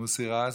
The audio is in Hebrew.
מוסי רז,